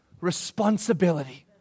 responsibility